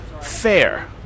Fair